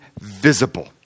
visible